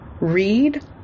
read